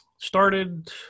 started